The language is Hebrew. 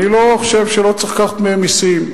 אני לא חושב שלא צריך לקחת מהן מסים.